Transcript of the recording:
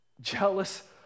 jealous